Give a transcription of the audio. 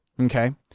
Okay